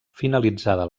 finalitzada